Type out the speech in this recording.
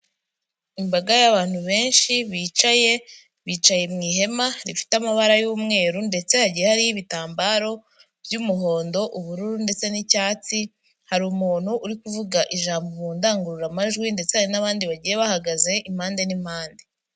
Imbaga y'abantu benshi bicaye, bicaye mu ihema rifite amabara y'umweru ndetse hagiye hariho ibitambaro by'umuhondo, ubururu ndetse n'icyatsi, hari umuntu uri kuvuga ijambo mu ndangururamajwi ndetse hari n'abandi bagiye bahagaze impande n'impande.